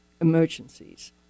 emergencies